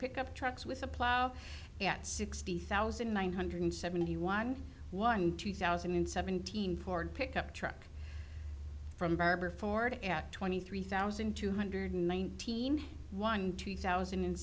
pickup trucks with a plow at sixty thousand nine hundred seventy one one two thousand and seventeen ford pickup truck from barber ford at twenty three thousand two hundred nineteen one two thousand and